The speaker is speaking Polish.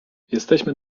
jesteśmy